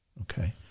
okay